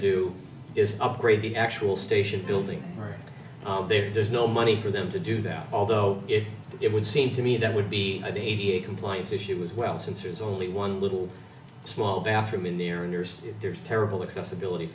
do it's upgrade the actual station building there's no money for them to do that although if it would seem to me that would be at eighty eight compliance issues well since there's only one little small bathroom in their owners there's terrible accessibility